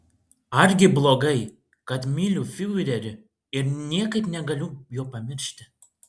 argi blogai kad myliu fiurerį ir niekaip negaliu jo pamiršti